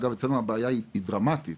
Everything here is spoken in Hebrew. אצלנו הבעיה היא דרמטית